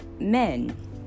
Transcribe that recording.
men